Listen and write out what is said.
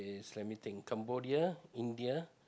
let me think Cambodia India